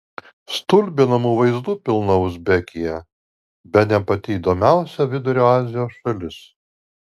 stulbinamų vaizdų pilna uzbekija bene pati įdomiausia vidurio azijos šalis